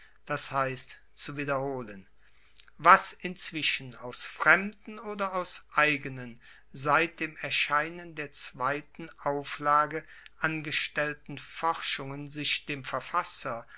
das heisst zu wiederholen was inzwischen aus fremden oder aus eigenen seit dem erscheinen der zweiten auflage angestellten forschungen sich dem verfasser